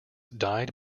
died